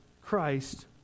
christ